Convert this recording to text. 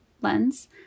lens